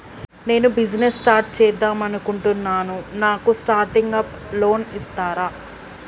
నేను business start చేద్దామనుకుంటున్నాను నాకు స్టార్టింగ్ అప్ లోన్ ఇస్తారా?